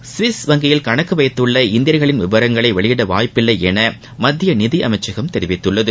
Swiss வங்கியில் கணக்கு வைத்துள்ள இந்தியா்களின் விவரங்களை வெளியிட வாய்ப்பில்லை என மத்திய நிதி அமைச்சகம் தெரிவித்துள்ளது